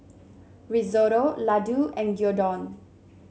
Risotto Ladoo and Gyudon